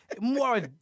more